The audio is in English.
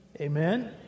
Amen